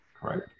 Correct